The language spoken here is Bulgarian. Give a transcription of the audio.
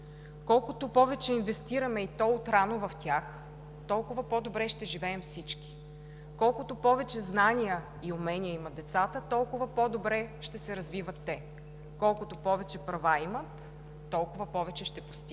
колкото повече инвестираме, и то отрано в тях, толкова по-добре ще живеем всички, колкото повече знания и умения имат децата, толкова по-добре ще се развиват те, колкото повече права имат, толкова повече ще постигат.